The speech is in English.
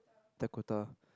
Dakota